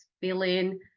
feeling